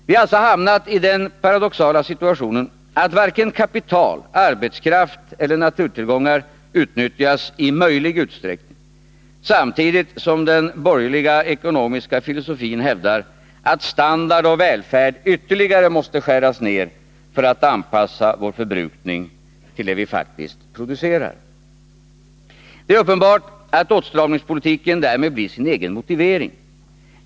Vi har alltså hamnat i den paradoxala situationen att varken kapital, arbetskraft eller naturtillgångar utnyttjas i möjlig utsträckning, samtidigt som den borgerliga ekonomiska filosofin hävdar att standard och välfärd ytterligare måste skäras ner för att vi skall kunna anpassa vår förbrukning till det vi faktiskt producerar. Det är uppenbart att åtstramningspolitiken därmed blir sin egen motivering.